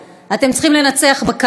אתם צריכים לנצח בקלפי,